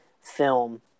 film